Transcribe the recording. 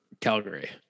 Calgary